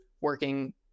working